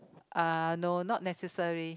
uh no not necessary